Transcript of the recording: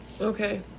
Okay